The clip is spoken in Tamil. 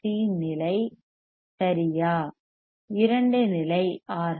சி RC நிலை stage ஸ்டேஜ் சரியா இரண்டு நிலை ஆர்